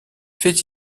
faits